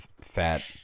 fat